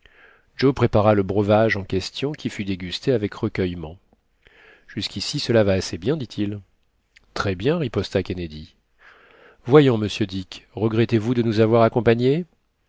joe prépara le breuvage en question qui fut dégusté avec recueillement jusqu'ici cela va assez bien dit-il très bien riposta kennedy voyons monsieur dick regrettez-vous de nous avoir accompagnés